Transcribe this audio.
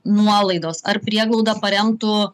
nuolaidos ar prieglaudą paremtų